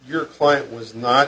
your client was not